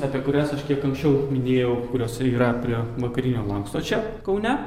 apie kurias aš kiek anksčiau minėjau kurios ir yra prie vakarinio lanksto čia kaune